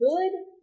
good